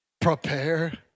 Prepare